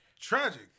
Tragic